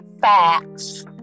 facts